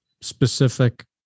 specific